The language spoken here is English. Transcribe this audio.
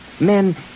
Men